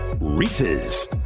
Reese's